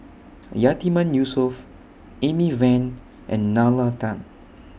Yatiman Yusof Amy Van and Nalla Tan